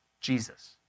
Jesus